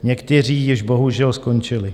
Někteří již bohužel skončili.